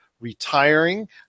retiring